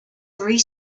three